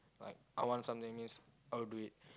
like I want something means I'll do it